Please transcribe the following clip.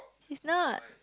he's not